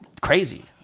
crazy